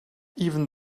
even